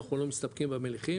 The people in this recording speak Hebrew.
אנחנו לא מסתפקים במליחים,